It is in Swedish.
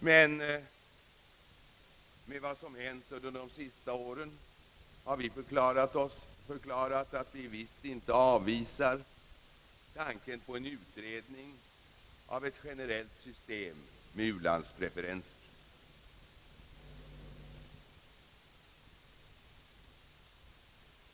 Med hänsyn till vad som har hänt under de senaste åren har vi förklarat att vi visst inte avvisar tanken på en utredning om ett generellt system med u-landspreferenser.